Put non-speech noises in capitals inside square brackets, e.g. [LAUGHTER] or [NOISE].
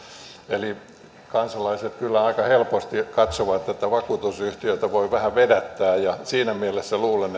eli kansalaiset kyllä aika helposti katsovat että vakuutusyhtiötä voi vähän vedättää ja siinä mielessä luulen [UNINTELLIGIBLE]